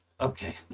okay